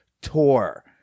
tour